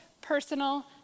personal